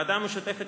בוועדה המשותפת